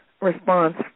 response